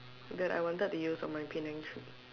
that I wanted to use on my Penang trip